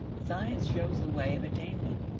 science shows the way of attainment.